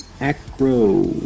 Acro